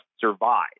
survive